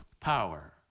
power